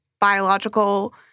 biological